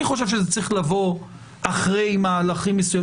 אני חושב שזה צריך לבוא אחרי מהלכים מסוימים.